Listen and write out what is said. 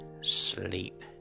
sleep